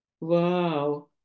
Wow